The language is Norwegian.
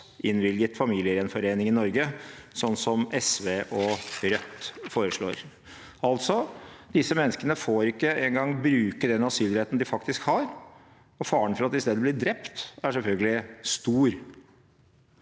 innvilget familiegjenforening i Norge, slik SV og Rødt foreslår. Disse menneskene får altså ikke engang bruke den asylretten de faktisk har. Faren for at de i stedet blir drept, er selvfølgelig stor.